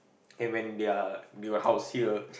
and when they are they have a house here